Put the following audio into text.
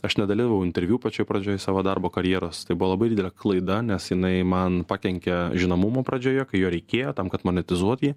aš nedalyvavau interviu pačioj pradžioj savo darbo karjeros tai buvo labai didelė klaida nes jinai man pakenke žinomumo pradžioje kai jo reikėjo tam kad monetizuot jį